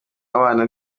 abana